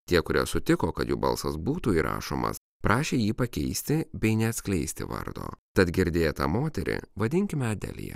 tie kurie sutiko kad jų balsas būtų įrašomas prašė jį pakeisti bei neatskleisti vardo tad girdėtą moterį vadinkime adelija